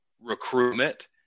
recruitment